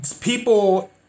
people